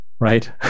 right